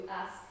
ask